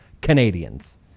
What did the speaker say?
Canadians